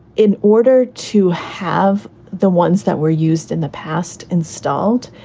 in order to have the ones that were used in the past installed,